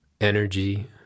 energy